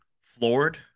floored